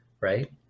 right